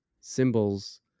Symbols